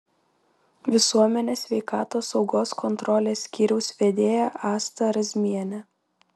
visuomenės sveikatos saugos kontrolės skyriaus vedėja asta razmienė